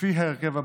לפי ההרכב הזה: